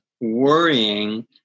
worrying